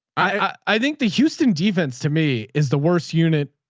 i think the houston defense to me is the worst unit